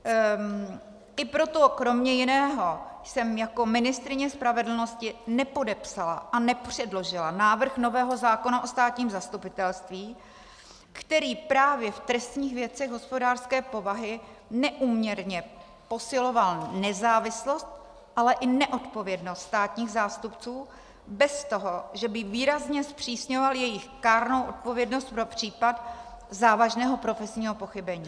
I proto kromě jiného jsem jako ministryně spravedlnosti nepodepsala a nepředložila návrh nového zákona o státním zastupitelství, který právě v trestních věcech hospodářské povahy neúměrně posiloval nezávislost, ale i neodpovědnost státních zástupců bez toho, že by výrazně zpřísňoval jejich kárnou odpovědnost pro případ závažného profesního pochybení.